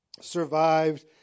survived